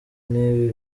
n’ibi